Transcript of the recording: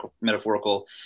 metaphorical